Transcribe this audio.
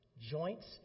joints